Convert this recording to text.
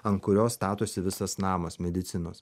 ant kurio statosi visas namas medicinos